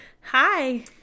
Hi